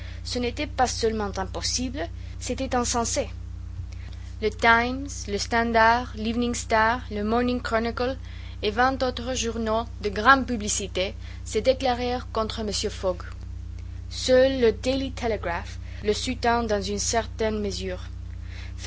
ce n'était pas seulement impossible c'était insensé le times le standard l'evening star le morning chronicle et vingt autres journaux de grande publicité se déclarèrent contre mr fogg seul le daily telegraph le soutint dans une certaine mesure